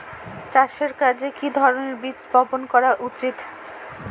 চাষের কাজে কি ধরনের বীজ বপন করা উচিৎ?